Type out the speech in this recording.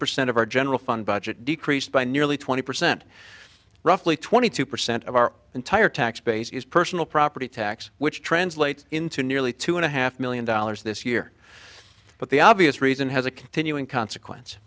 percent of our general fund budget decreased by nearly twenty percent roughly twenty two percent of our entire tax base is personal property tax which translates into nearly two and a half million dollars this year but the obvious reason has a continuing consequence